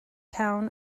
town